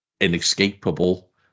inescapable